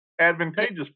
advantageous